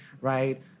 Right